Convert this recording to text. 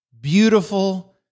Beautiful